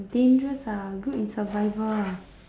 dangerous ah good in survival ah